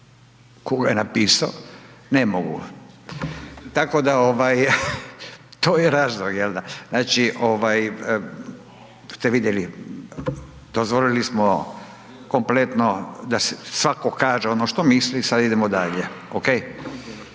tko je napisao ne mogu, tako da je to razlog. Znači, ste vidjeli dozvolili smo kompletno da svako kaže ono što misli sad idemo dalje, ok.